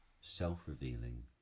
self-revealing